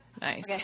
Nice